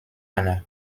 anna